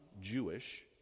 Jewish